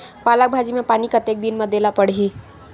पालक भाजी म पानी कतेक दिन म देला पढ़ही?